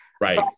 Right